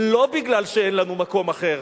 לא כי אין לנו מקום אחר,